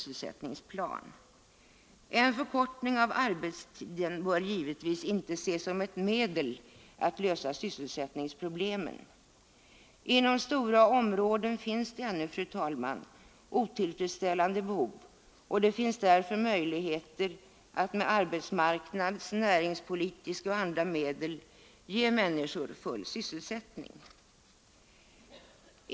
En förkortning av arbetstiden bör givetvis inte ses som ett medel att lösa sysselsättningsproblemen. Inom stora områden finns ännu, fru talman, otillfredsställda behov, och det är därför möjligt att med arbetsmarknads-, näringspolitiska och andra medel ge människor full sysselsättning.